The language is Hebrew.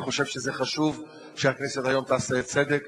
אני חושב שזה חשוב שהכנסת תעשה היום צדק.